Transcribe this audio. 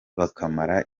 bakamara